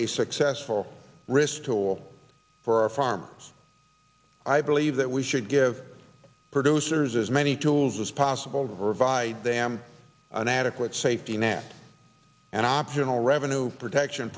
a successful risk pool for our farmers i believe that we should give producers as many tools as possible revive them an adequate safety net and optional revenue protection